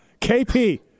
KP